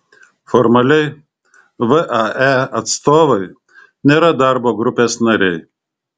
formaliai vae atstovai nėra darbo grupės nariai